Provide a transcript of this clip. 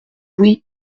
louis